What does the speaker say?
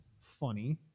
funny